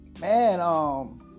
Man